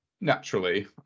naturally